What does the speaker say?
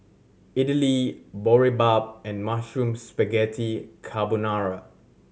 Idili Boribap and Mushroom Spaghetti Carbonara